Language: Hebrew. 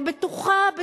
אני בטוחה,